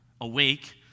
awake